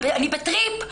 אני בטריפ.